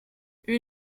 une